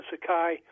Sakai